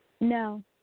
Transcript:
No